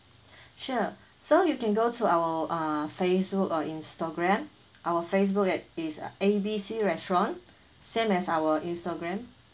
sure so you can go to our uh facebook or instagram our facebook at is A B C restaurant same as our instagram